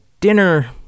dinner